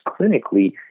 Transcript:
clinically